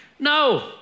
No